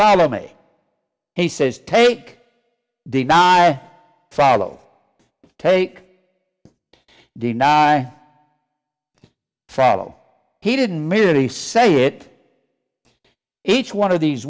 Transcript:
follow me he says take deny follow take deny follow he didn't merely say it each one of these